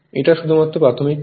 এটা শুধুমাত্র প্রাথমিক কোর্স